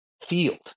field